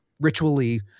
ritually